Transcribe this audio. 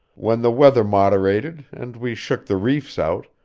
when the weather moderated, and we shook the reefs out,